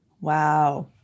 Wow